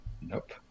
Nope